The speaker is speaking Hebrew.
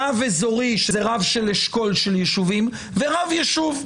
רב אזורי, שזה רב של אשכול של יישובים, ורב יישוב.